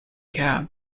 cab